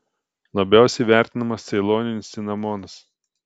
labiausiai vertinamas ceiloninis cinamonas